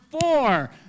four